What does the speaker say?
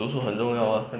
读书很重要 ah